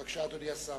בבקשה, אדוני השר.